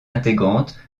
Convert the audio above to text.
intégrante